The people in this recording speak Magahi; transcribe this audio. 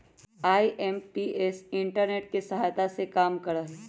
आई.एम.पी.एस इंटरनेट के सहायता से काम करा हई